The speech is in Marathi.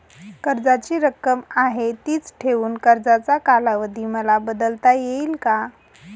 कर्जाची रक्कम आहे तिच ठेवून कर्जाचा कालावधी मला बदलता येईल का?